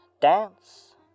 Dance